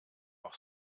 auch